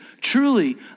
truly